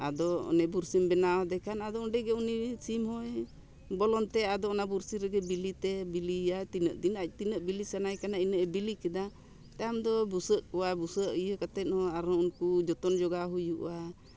ᱟᱫᱚ ᱚᱱᱮ ᱵᱩᱨᱥᱤᱢ ᱵᱮᱱᱟᱣ ᱟᱫᱮᱠᱷᱟᱱ ᱟᱫᱚ ᱚᱸᱰᱮᱜᱮ ᱩᱱᱤ ᱥᱤᱢ ᱦᱚᱸᱭ ᱵᱚᱞᱚᱱᱛᱮ ᱟᱫᱚ ᱚᱱᱟ ᱵᱩᱨᱥᱤ ᱨᱮᱜᱮ ᱵᱤᱞᱤᱛᱮ ᱵᱤᱞᱤᱭᱟᱭ ᱛᱤᱱᱟᱹᱜ ᱫᱤᱱ ᱛᱤᱱᱟᱹᱜ ᱵᱤᱞᱤ ᱥᱟᱱᱟᱭᱮ ᱠᱟᱱᱟ ᱤᱱᱟᱹᱜᱼᱮ ᱵᱤᱞᱤ ᱠᱮᱫᱟ ᱛᱟᱭᱚᱢ ᱫᱚ ᱵᱩᱥᱟᱹᱜ ᱠᱚᱣᱟ ᱵᱩᱥᱟᱹᱜ ᱤᱭᱟᱹ ᱠᱟᱛᱮᱜ ᱦᱚᱸ ᱟᱨᱦᱚᱸ ᱩᱱᱠᱩ ᱡᱚᱛᱚᱱ ᱡᱚᱜᱟᱣ ᱦᱩᱭᱩᱜᱼᱟ